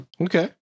Okay